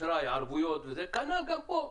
אשראי וערבויות, כנ"ל גם פה.